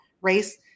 race